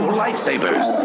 lightsabers